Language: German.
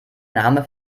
name